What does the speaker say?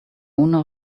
owner